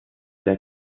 der